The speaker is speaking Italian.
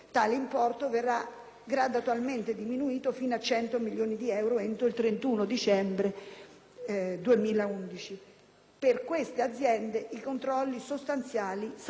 gradatamente diminuito fino a 100 milioni di euro entro il 31 dicembre 2011. Inoltre, per queste aziende i controlli sostanziali saranno continui.